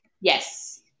Yes